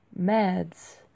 meds